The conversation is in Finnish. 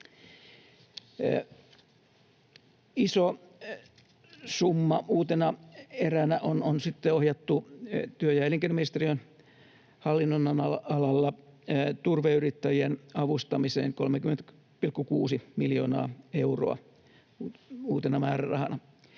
Iso summa uutena eränä on sitten ohjattu työ- ja elinkeinoministeriön hallinnonalalla turveyrittäjien avustamiseen, 30,6 miljoonaa euroa uutena määrärahana.